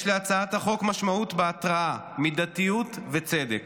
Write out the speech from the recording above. להצעת החוק יש משמעות בהרתעה, מידתיות וצדק.